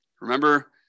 Remember